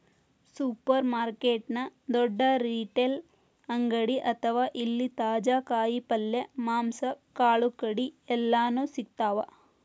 supermarket ನ ದೊಡ್ಡ retail ಅಂಗಡಿ ಅಂತಾರ ಇಲ್ಲಿ ತಾಜಾ ಕಾಯಿ ಪಲ್ಯ, ಮಾಂಸ, ಕಾಳುಕಡಿ ಎಲ್ಲಾನೂ ಸಿಗ್ತಾವ